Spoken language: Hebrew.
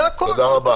תודה.